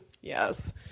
Yes